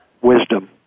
wisdom